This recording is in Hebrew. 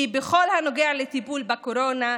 כי בכל הנוגע לטיפול בקורונה: